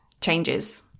changes